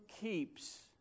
keeps